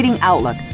Outlook